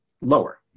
lower